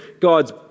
God's